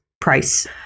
price